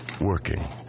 working